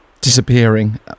disappearing